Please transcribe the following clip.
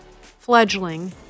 fledgling